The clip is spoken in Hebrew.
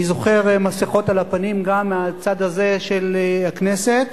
אני זוכר מסכות על הפנים, גם מהצד הזה של הכנסת,